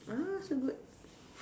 ah so good